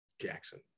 Jackson